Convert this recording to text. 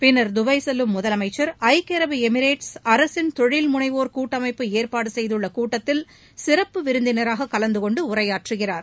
பின்னா தபாய் செல்லும் முதலமைச்சா் ஐக்கிய அரபு எமிரேட்ஸ் அரசின் தொழில் முனைவோா் கூட்டமைப்பு ஏற்பாடு செய்துள்ள கூட்டத்தில் சிறப்பு விருந்தினராக கலந்து கொண்டு உரையாற்றுகிறார்